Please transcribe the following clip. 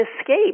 Escape